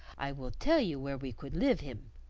i will tell you where we could live him,